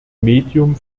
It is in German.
medium